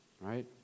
right